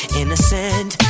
innocent